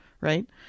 right